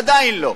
עדיין לא.